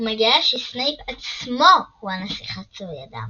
ומגלה שסנייפ עצמו הוא הנסיך חצוי הדם.